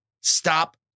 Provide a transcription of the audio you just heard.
stop